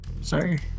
Sorry